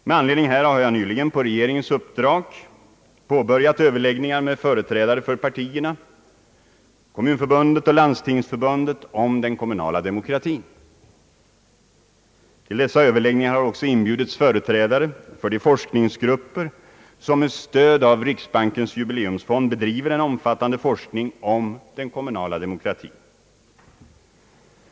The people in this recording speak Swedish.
Med anledning härav har jag nyligen på regeringens uppdrag påbörjat överläggningar med företrädare för partierna, Kommunförbundet och Landstingsförbundet om den kommunala demokratin. Till dessa överläggningar har också inbjudits företrädare för de forskningsgrupper som med stöd av riksbankens jubileumsfond bedriver en omfattande forskning om den kommunala demokratin.